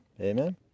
amen